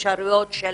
אפשרויות של